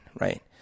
right